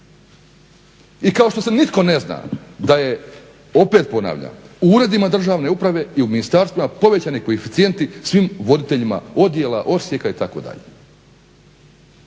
I kao što se nitko ne zna da je opet ponavljam u uredima državne uprave i u ministarstvima povećani koeficijenti svim voditeljima odjela, odsjeka itd.